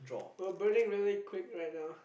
we're burning really quick right now